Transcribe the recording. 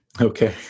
Okay